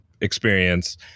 experience